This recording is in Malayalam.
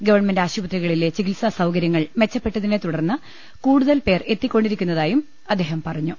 ഗവൺമെന്റ് ആശുപത്രികളിലെ ചികിത്സാ സൌകര്യങ്ങൾ മെച്ചപ്പെട്ടതിനെതുടർന്ന് കൂടുതൽപേർ എത്തിക്കൊണ്ടിരി ക്കുന്നതായും അദ്ദേഹം പറഞ്ഞു